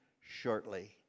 shortly